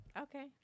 Okay